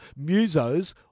musos